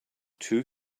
two